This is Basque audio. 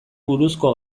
buruzko